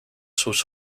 sus